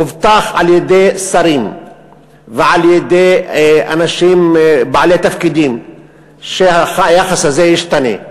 הובטח על-ידי שרים ועל-ידי אנשים בעלי תפקידים שהיחס הזה ישתנה.